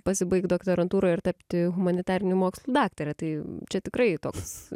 pasibaigt doktorantūrą ir tapti humanitarinių mokslų daktare tai čia tikrai toks